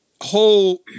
whole